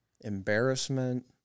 Embarrassment